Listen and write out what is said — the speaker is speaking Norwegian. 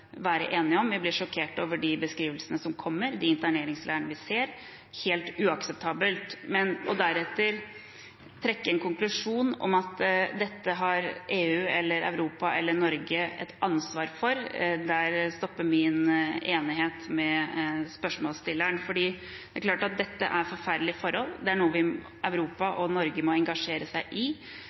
være enige om. Vi blir sjokkert over de beskrivelsene som kommer, de interneringsleirene vi ser. Dette er helt uakseptabelt. Men deretter å trekke en konklusjon om at dette har EU, Europa eller Norge et ansvar for – der stopper min enighet med spørsmålsstilleren. Det er klart at dette er forferdelige forhold, det er noe Europa og Norge må engasjere seg i.